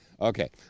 Okay